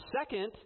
second